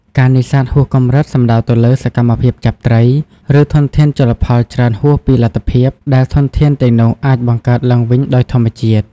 ការនេសាទហួសកម្រិតសំដៅទៅលើសកម្មភាពចាប់ត្រី ឬធនធានជលផលច្រើនហួសពីលទ្ធភាពដែលធនធានទាំងនោះអាចបង្កើតឡើងវិញដោយធម្មជាតិ។